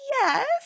yes